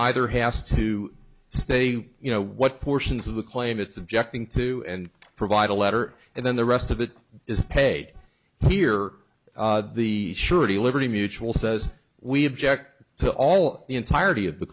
either has to stay you know what portions of the claim it's objecting to and provide a letter and then the rest of it is paid here the surety liberty mutual says we have ject to all the entirety of the